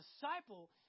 disciple